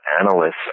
analysts